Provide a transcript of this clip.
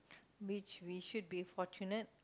which we should be fortunate